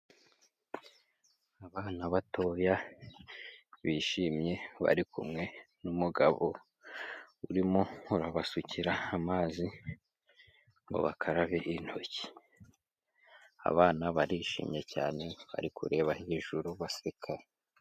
Abana batoya bishimye, bari kumwe n'umugabo urimo urabasukira amazi ngo bakarabe intoki, abana barishimye cyane, bari kureba hejuru, baseka.